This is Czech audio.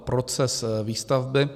Proces výstavby.